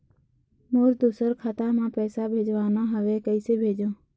मोर दुसर खाता मा पैसा भेजवाना हवे, कइसे भेजों?